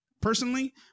personally